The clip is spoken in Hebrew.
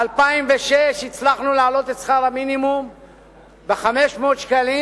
ב-2006 הצלחנו להעלות את שכר המינימום ב-500 שקלים,